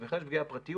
בהחלט יש פגיעה בפרטיות,